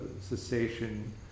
cessation